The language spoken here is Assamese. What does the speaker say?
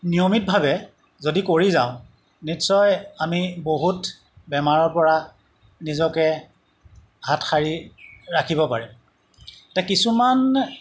নিয়মিতভাৱে যদি কৰি যাওঁ নিশ্চয় আমি বহুত বেমাৰৰ পৰা নিজকে হাত সাৰি ৰাখিব পাৰে এতিয়া কিছুমান